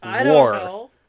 war